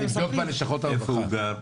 איפה הוא גר?